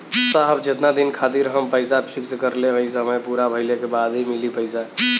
साहब जेतना दिन खातिर हम पैसा फिक्स करले हई समय पूरा भइले के बाद ही मिली पैसा?